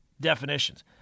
definitions